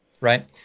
right